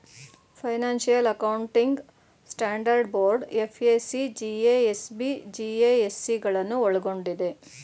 financial accounting standard board FAC, GASB, GASC ಗಳನ್ನು ಒಳ್ಗೊಂಡಿದೆ